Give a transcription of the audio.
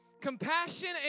Compassion